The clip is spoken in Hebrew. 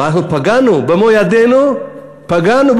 אבל במו-ידינו פגענו,